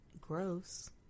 gross